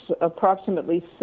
approximately